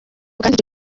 kandi